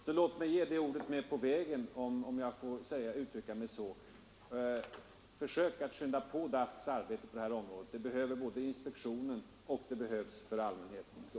Så låt mig ge det ordet med på vägen — om jag får uttrycka mig så — att man bör försöka skynda på DASK:s arbete på detta område. Det behövs både för inspektionens och för allmänhetens skull.